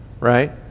right